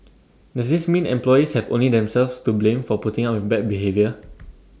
does this mean employees have only themselves to blame for putting up with bad behaviour